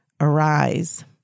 arise